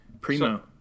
Primo